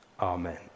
amen